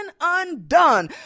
undone